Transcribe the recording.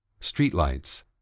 streetlights